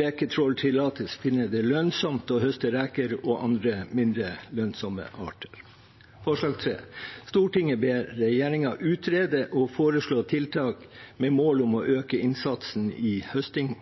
reketråltillatelse finner det lønnsomt å høste reker og andre mindre lønnsomme arter.» Forslag nr. 3: «Stortinget ber regjeringen utrede og foreslå tiltak med mål om å øke innsatsen i høsting